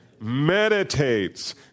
Meditates